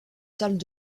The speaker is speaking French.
salles